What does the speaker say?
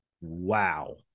Wow